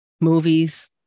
movies